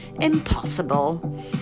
impossible